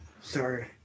Sorry